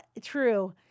true